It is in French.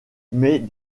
mais